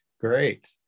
Great